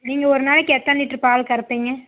நீங்கள் ஒரு நாளைக்கு எத்தனை லிட்டர் பால் கறப்பீங்க